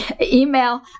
Email